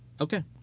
Okay